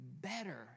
better